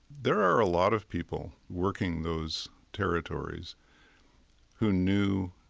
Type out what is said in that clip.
there are a lot of people working those territories who knew,